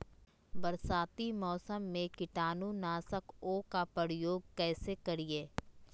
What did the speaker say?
बरसाती मौसम में कीटाणु नाशक ओं का प्रयोग कैसे करिये?